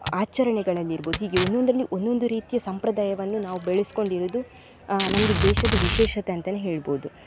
ಆಚರಣೆಗಳಲ್ಲಿರ್ಬೋದು ಹೀಗೆ ಒಂದೊಂದರಲ್ಲಿ ಒಂದೊಂದು ರೀತಿಯ ಸಂಪ್ರದಾಯವನ್ನು ನಾವು ಬೆಳಸ್ಕೊಂಡಿರೋದು ನಮ್ಮದು ದೇಶದ ವಿಶೇಷತೆ ಅಂತಲೇ ಹೇಳ್ಬೋದು